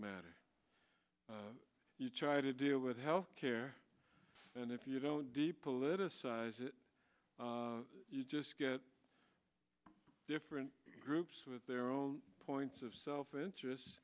matter you try to deal with health care and if you don't politicize it you just get different groups with their own points of self interest